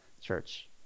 church